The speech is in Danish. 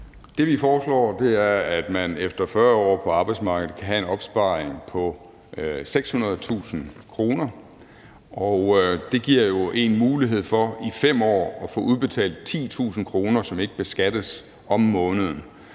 Det, vi foreslår, er, at man efter 40 år på arbejdsmarkedet kan have en opsparing på 600.000 kr. Det giver jo en mulighed for i 5 år at få udbetalt 10.000 kr., som ikke beskattes, om måneden.